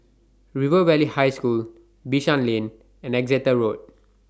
River Valley High School Bishan Lane and Exeter Road